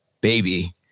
baby